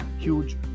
huge